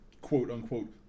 quote-unquote